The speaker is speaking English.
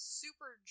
super